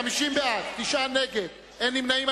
בעד, 50, נגד, 9, אין נמנעים.